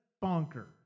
bonker